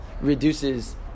reduces